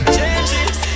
Changes